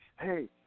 hey